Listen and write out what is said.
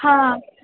હા